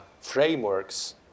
frameworks